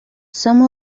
some